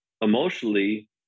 emotionally